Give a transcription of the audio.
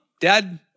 dad